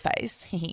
face